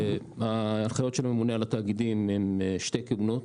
ההנחיות של הממונה על התאגידים הן שתי כהונות